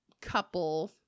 couple